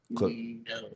No